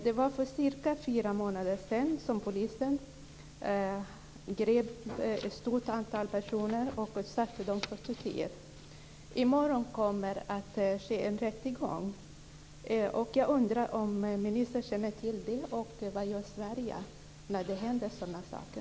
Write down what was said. Det var för cirka fyra månader sedan som polisen grep ett stort antal personer och utsatte dem för tortyr. I morgon kommer en rättegång att äga rum. Jag undrar om ministern känner till det, och vad gör Sverige när det händer sådana saker?